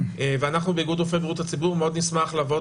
ואנחנו באיגוד רופאי בריאות הציבור נשמח מאוד לעבוד